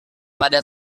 pada